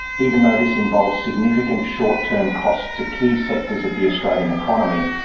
even though this involves significant short-term costs to key sectors of the australian economy,